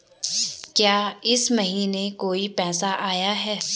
क्या इस महीने कोई पैसा आया है?